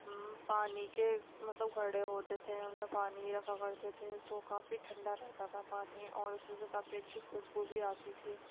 پانی کے مطلب گھڑے ہوتے تھے ان میں پانی رکھا کرتے تھے تو کافی ٹھنڈا رہتا تھا پانی اور اس میں سے کافی اچھی خوشبو بھی آتی تھی